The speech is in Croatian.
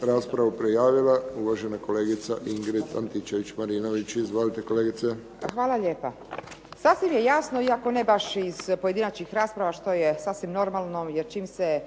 raspravu prijavila uvažena kolegica Ingrid Antičević-Marinović. Izvolite. **Antičević Marinović, Ingrid (SDP)** Hvala lijepa. Sasvim je jasno iako ne baš iz pojedinačnih rasprava što je sasvim normalno jer čim se